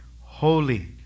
holy